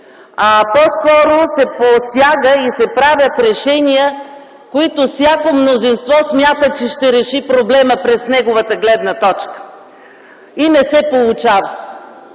а по-скоро се посяга и се правят решения, с които всяко мнозинство смята, че ще реши проблема през своята гледна точка. Но не се получава.